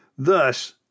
Thus